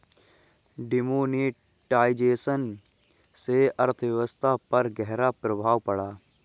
demonetisation से अर्थव्यवस्था पर ग़हरा प्रभाव पड़ा